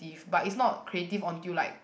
~ive but is not creative until like